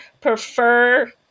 prefer